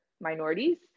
minorities